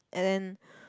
and